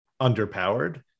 underpowered